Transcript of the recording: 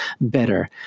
better